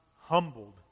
humbled